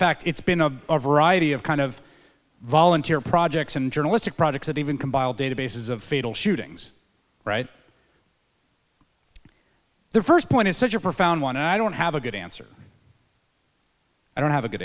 fact it's been a variety of kind of volunteer projects and journalistic projects that even compile databases of fatal shootings right the first point is such a profound one i don't have a good answer i don't have a good